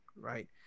right